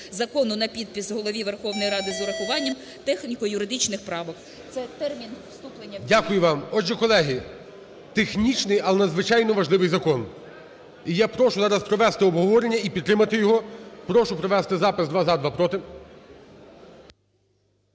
закону на підпис Голові Верховної Ради з урахуванням техніко-юридичних правок. ГОЛОВУЮЧИЙ. Дякую вам. Отже, колеги, технічний, але надзвичайно важливий закон, і я прошу зараз провести обговорення, і підтримати його. Прошу провести запис: два – за,